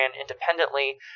independently